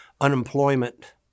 unemployment